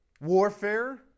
warfare